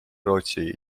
rootsi